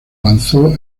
lanzó